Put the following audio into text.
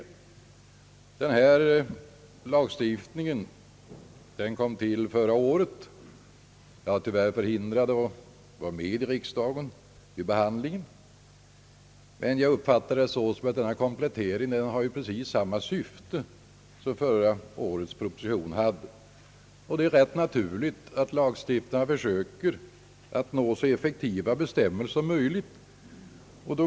Den här lagstiftningen kom till förra året. Jag var tyvärr förhindrad att vara med vid behandlingen i riksdagen, men jag uppfattar det så, att denna komplettering har precis samma syfte som förra årets proposition hade. Det är rätt naturligt att lagstiftarna försöker nå så effektiva bestämmelser som möjligt.